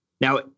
Now